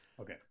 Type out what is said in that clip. Okay